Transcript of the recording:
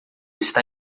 está